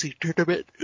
tournament